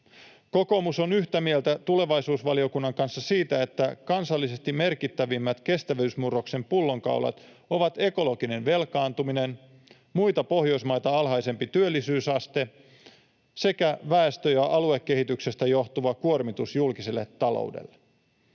Kokoomus on yhtä mieltä tulevaisuusvaliokunnan kanssa siitä, että kansallisesti merkittävimmät kestävyysmurroksen pullonkaulat ovat ekologinen velkaantuminen, muita Pohjoismaita alhaisempi työllisyysaste sekä väestö‑ ja aluekehityksestä johtuva kuormitus julkiselle taloudelle.